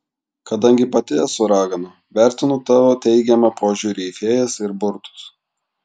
kadangi pati esu ragana vertinu tavo teigiamą požiūrį į fėjas ir burtus